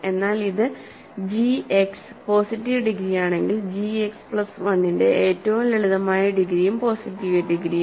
എന്നാൽ ഇത് G x positive ഡിഗ്രിയാണെങ്കിൽ ജി എക്സ് പ്ലസ് 1 ന്റെ ഏറ്റവും ലളിതമായ ഡിഗ്രിയും പോസിറ്റീവ് ഡിഗ്രിയാണ്